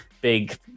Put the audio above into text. big